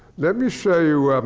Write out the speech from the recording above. let me show you